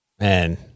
Man